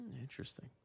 Interesting